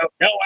no